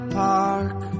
park